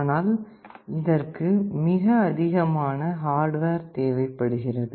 ஆனால் இதற்கு மிக அதிகமான ஹார்டுவேர் தேவைப்படுகிறது